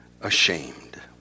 ashamed